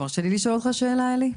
אתה מרשה לי לשאול אותך שאלה, אלי?